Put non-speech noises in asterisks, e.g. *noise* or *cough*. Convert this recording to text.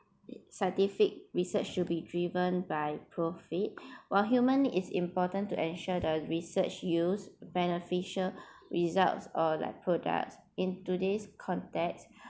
*breath* scientific research should be driven by profit while human is important to ensure the research use beneficial result or like products in today's context